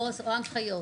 או הנחיות.